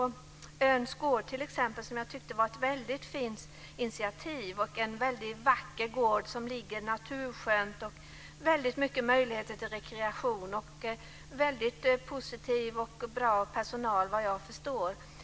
Öhns gård är ett väldigt fint initiativ och en väldigt vacker gård som ligger naturskönt med många möjligheter till rekreation och har positiv och bra personal vad jag förstår.